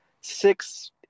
six